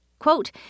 Quote